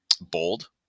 bold